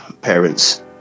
parents